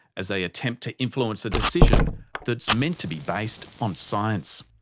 as they attempt to influence a decision that's meant to be based on science.